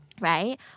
Right